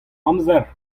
amzer